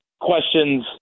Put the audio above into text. questions